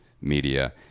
media